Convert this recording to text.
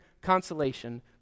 consolation